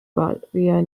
batavia